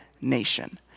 nation